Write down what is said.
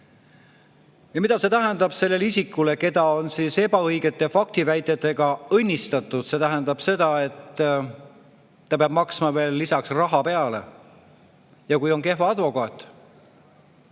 Ja mida see tähendab sellele isikule, keda on ebaõigete faktiväidetega õnnistatud? See tähendab seda, et ta peab maksma veel raha peale. Kui on kehv advokaat,